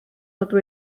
dydw